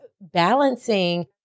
balancing